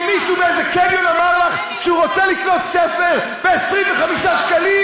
כי מישהו באיזה קניון אמר לך שהוא רוצה לקנות ספר ב-25 שקלים?